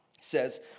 says